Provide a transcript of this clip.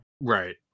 right